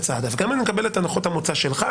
סעדה וגם אם אני מקבל את הנחות המוצא שלך,